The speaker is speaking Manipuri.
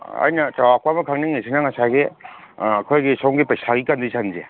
ꯑꯩꯅ ꯆꯧꯔꯥꯛꯄ ꯑꯃ ꯈꯪꯅꯤꯡꯉꯤꯁꯤꯅ ꯉꯁꯥꯏꯒꯤ ꯑꯩꯈꯣꯏꯒꯤ ꯁꯣꯝꯒꯤ ꯄꯩꯁꯥꯒꯤ ꯀꯟꯗꯤꯁꯟꯁꯦ